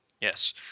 Yes